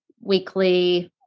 weekly